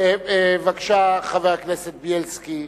בבקשה, חבר הכנסת זאב בילסקי,